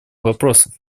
вопросов